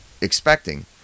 expecting